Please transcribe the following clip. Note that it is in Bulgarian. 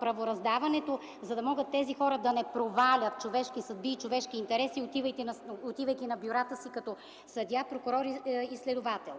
правораздаването, за да могат тези млади хора да не провалят човешки съдби и човешки интереси, отивайки на бюрата си като съдии, прокурори и следователи.